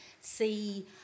see